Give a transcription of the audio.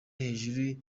hejuru